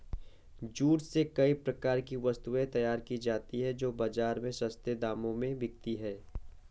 jute से कई प्रकार की वस्तुएं तैयार की जाती हैं जो बाजार में सस्ते दामों में बिकती है